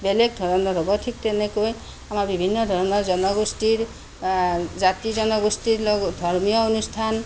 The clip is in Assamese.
বেলেগ ধৰণৰ হ'ব ঠিক তেনেকৈ আমাৰ বিভিন্ন ধৰণৰ জনগোষ্ঠীৰ জাতি জনগোষ্ঠীৰ ধৰ্মীয় অনুষ্ঠান